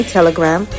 Telegram